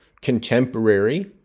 contemporary